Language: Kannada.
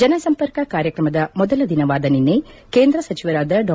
ಜನಸಂಪರ್ಕ ಕಾರ್ಯಕ್ರಮದ ಮೊದಲ ದಿನವಾದ ನಿನ್ನೆ ಕೇಂದ ಸಚಿವರಾದ ಡಾ